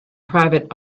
private